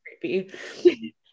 creepy